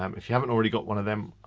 um if you haven't already got one of them,